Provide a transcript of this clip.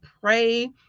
pray